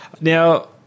Now